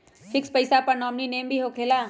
Fix पईसा पर nominee name भी होकेला?